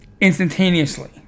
instantaneously